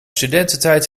studententijd